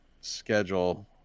schedule